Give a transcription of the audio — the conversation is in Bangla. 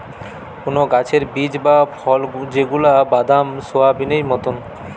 কোন গাছের বীজ বা ফল যেগুলা বাদাম, সোয়াবেনেই মতোন